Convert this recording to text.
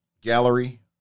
gallery